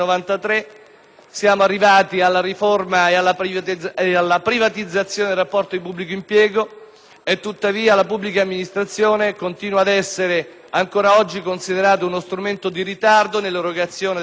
siamo arrivati alla riforma ed alla privatizzazione del rapporto di pubblico impiego e tuttavia la pubblica amministrazione continua ad essere ancora oggi considerata uno strumento di ritardo nell'erogazione dei servizi,